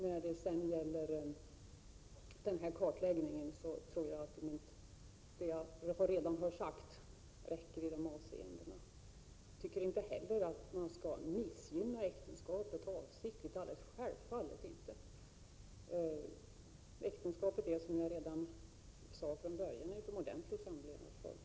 När det sedan gäller kartläggningen tror jag att det kan räcka med vad jag redan har sagt. Jag tycker inte heller att man avsiktligt skall missgynna äktenskapet — självfallet inte! Äktenskapet är som jag sade redan från början en utomordentlig samlevnadsform.